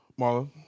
Marla